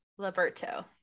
liberto